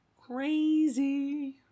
crazy